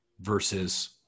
versus